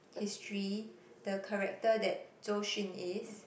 history the character that Zhou-Xun is